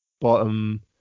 bottom